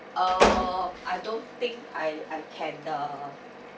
uh I don't think I I can uh